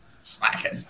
slacking